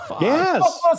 Yes